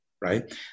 right